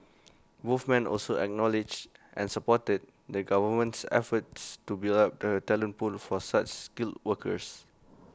both men also acknowledged and supported the government's efforts to build up the talent pool for such skilled workers